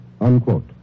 Unquote